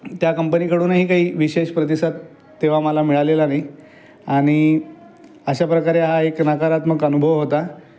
त्या कंपनीकडूनही काही विशेष प्रतिसाद तेव्हा मला मिळालेला नाही आणि अशा प्रकारे हा एक नकारात्मक अनुभव होता